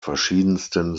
verschiedensten